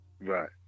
Right